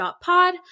Pod